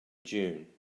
dune